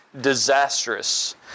disastrous